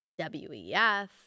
WEF